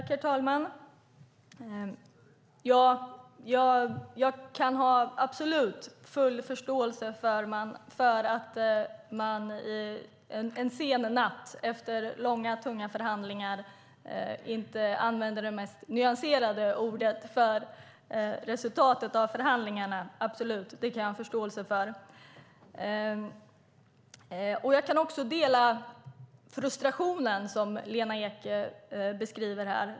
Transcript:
Herr talman! Jag kan ha full förståelse för att man en sen natt efter långa och tunga förhandlingar inte använder de mest nyanserade orden för resultatet av förhandlingarna. Det har jag absolut förståelse för. Jag kan också dela frustrationen som Lena Ek beskriver här.